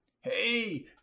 Hey